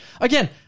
Again